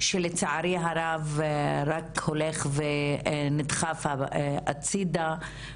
שלצערי הרב רק הולך ונדחף הצידה